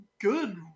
Good